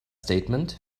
statement